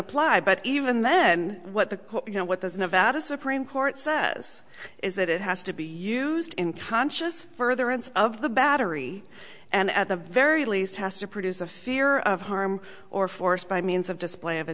apply but even then what the you know what this nevada supreme court says is that it has to be used in conscious further ends of the battery and at the very least has to produce a fear of harm or force by means of display of a